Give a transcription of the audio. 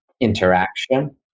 interaction